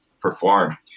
perform